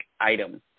item